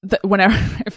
whenever